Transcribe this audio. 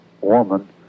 woman